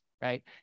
right